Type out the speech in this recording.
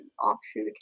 offshoot